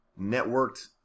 networked